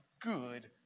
good